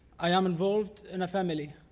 i am involved in a family.